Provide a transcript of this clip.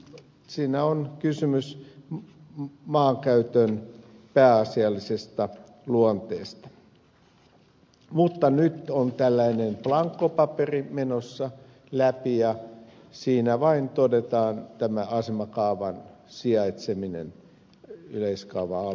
siinä on kyse myös muu kuin maan kysymys maankäytön pääasiallisesta luonteesta mutta nyt on tällainen blankopaperi menossa läpi ja siinä vain todetaan tämä asemakaavan sijaitseminen yleiskaava alueella